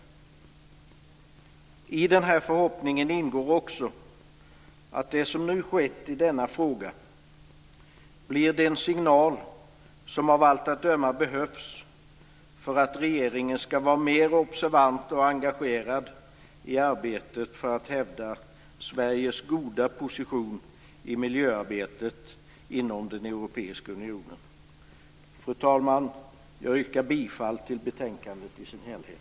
I den förhoppningen ingår också att det som nu skett i frågan blir den signal som av allt att döma behövs för att regeringen ska vara mer observant och engagerad i arbetet för att hävda Sveriges goda position i miljöarbetet inom Europeiska unionen. Fru talman! Jag yrkar bifall till hemställan i betänkandet i dess helhet.